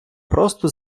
просто